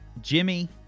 Jimmy